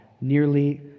nearly